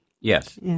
Yes